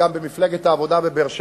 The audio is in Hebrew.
גם לא במפלגת העבודה בבאר-שבע,